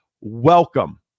welcome